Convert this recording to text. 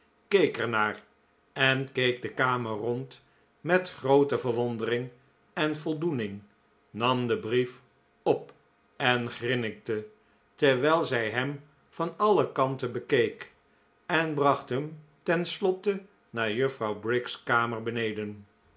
keek er naar en keek de kamer rond met groote verwondering en voldoening nam den brief op en grinnikte terwijl zij hem van alle kanten bekeek en bracht hem ten slotte naar juffrouw briggs kamer beneden